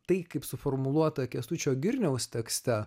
tai kaip suformuluota kęstučio girniaus tekste